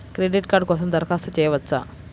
Credit card కోసం దరఖాస్తు చేయవచ్చా?